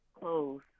clothes